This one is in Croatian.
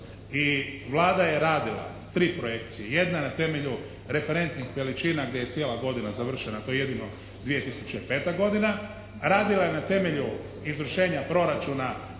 I Vlada je radila 3 projekcije. Jedna na temelju referentnih veličina gdje je cijela godina završena, to je jedino 2005. godina. Radila je na temelju izvršenja proračuna